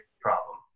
problem